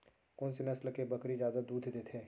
कोन से नस्ल के बकरी जादा दूध देथे